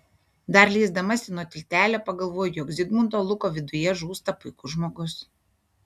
dar leisdamasi nuo tiltelio pagalvoju jog zigmundo luko viduje žūsta puikus žmogus